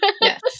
Yes